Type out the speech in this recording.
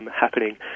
happening